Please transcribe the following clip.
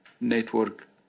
Network